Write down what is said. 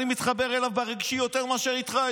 אני מתחבר אליו ברגשי יותר מאשר אליך.